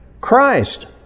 Christ